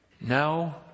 No